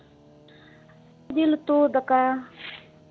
ᱡᱤᱞ ᱩᱛᱩ ᱫᱟᱠᱟ